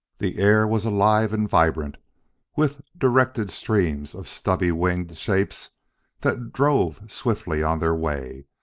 the air was alive and vibrant with directed streams of stubby-winged shapes that drove swiftly on their way,